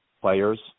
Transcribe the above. players